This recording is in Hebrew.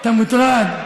אתה מוטרד?